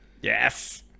yes